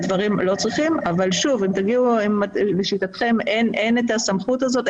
אם לשיטתכם אין את הסמכות הזאת,